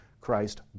Christ